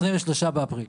23 באפריל.